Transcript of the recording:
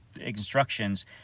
instructions